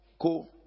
Co